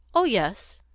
oh yes,